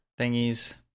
thingies